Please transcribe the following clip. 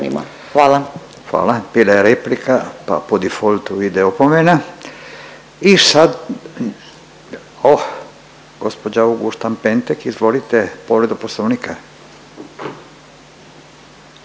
Hvala. Bila je replika pa po defaultu ide opomena i sad, o, gđa Auguštan-Pentek, izvolite povredu Poslovnika.